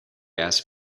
asked